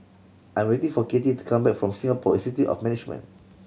I'm waiting for Katy to come back from Singapore Institute of Management